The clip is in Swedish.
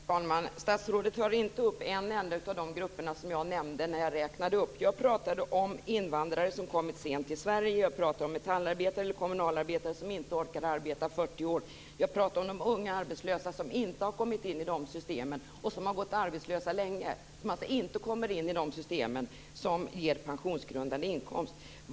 Herr talman! Statsrådet tog inte upp en enda av de grupper jag nämnde. Jag pratade om invandrare som kommit sent i livet till Sverige, om metallarbetare och kommunalarbetare som inte orkar arbeta 40 år, om de unga som varit arbetslösa länge som inte har kommit in i systemen som ger pensionsgrundande inkomst.